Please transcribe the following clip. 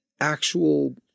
actual